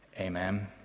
Amen